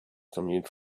commute